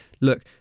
look